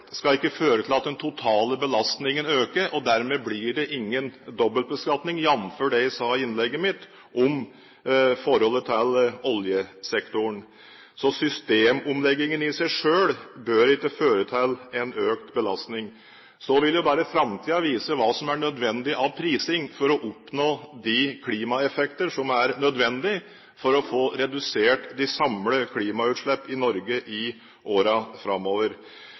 ikke skal føre til at den totale belastningen øker. Dermed blir det ingen dobbeltbeskatning, jf. det jeg sa i innlegget mitt om forholdet til oljesektoren. Så systemomleggingen i seg selv bør ikke føre til en økt belastning. Så vil bare framtiden vise hva som er nødvendig av prising for å oppnå de klimaeffekter som er nødvendig for å få redusert de samlede klimautslippene i Norge i årene framover.